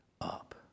up